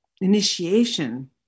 initiation